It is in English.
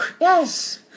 Yes